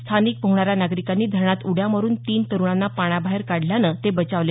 स्थानिक पोहणाऱ्या नागरिकांनी धरणात उड्या मारून तीन तरूणाना पाण्याबाहेर काढल्यानं ते बचावले